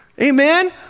Amen